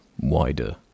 wider